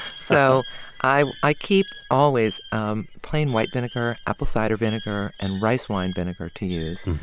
so i i keep always um plain white vinegar, apple cider vinegar and rice wine vinegar to use.